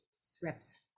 scripts